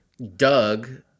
Doug